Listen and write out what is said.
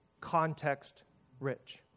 context-rich